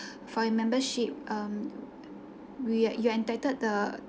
for your membership um we are you are entitled the